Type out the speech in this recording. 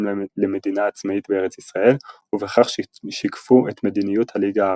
למדינה עצמאית בארץ ישראל ובכך שיקפו את מדיניות הליגה הערבית.